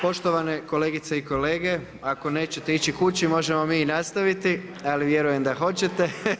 Poštovane kolegice i kolege, ako nećete ići kući, možemo mi nastaviti ali vjerujem da hoćete.